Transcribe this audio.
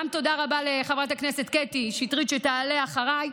תודה רבה גם לחברת הכנסת קטי שטרית, שתעלה אחריי.